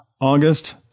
August